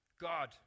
God